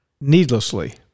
needlessly